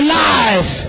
life